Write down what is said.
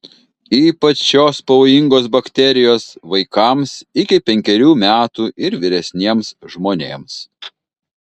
ypač šios pavojingos bakterijos vaikams iki penkerių metų ir vyresniems žmonėms